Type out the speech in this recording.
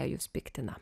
jus piktina